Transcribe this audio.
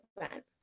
event